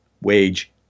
wage